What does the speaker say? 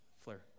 flair